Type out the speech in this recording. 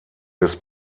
des